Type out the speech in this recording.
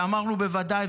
ואמרנו: בוודאי,